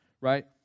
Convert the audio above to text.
right